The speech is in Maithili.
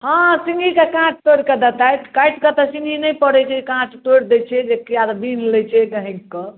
हँ सिन्घीके काँट तोड़िके देतथि काटि के तऽ सिन्घी नहि पड़ैत छै काँट तोड़ि दय छै किआ तऽ बिन्ह लय छै गैहकके